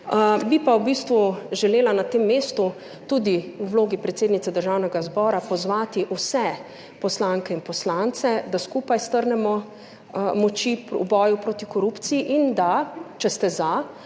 bistvu želela na tem mestu tudi v vlogi predsednice Državnega zbora pozvati vse poslanke in poslance, da skupaj strnemo moči v boju proti korupciji in da, če ste za,